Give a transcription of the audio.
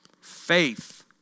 Faith